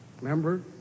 Remember